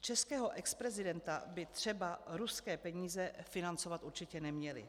Českého exprezidenta by třeba ruské peníze financovat určitě neměly.